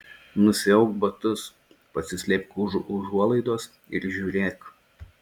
nusiauk batus pasislėpk už užuolaidos ir žiūrėk